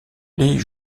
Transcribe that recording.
les